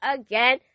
again